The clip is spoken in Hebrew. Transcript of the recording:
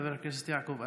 חבר הכנסת יעקב אשר,